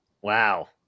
Wow